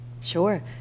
sure